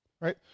Right